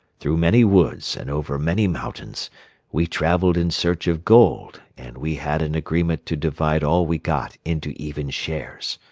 through many woods and over many mountains we traveled in search of gold and we had an agreement to divide all we got into even shares.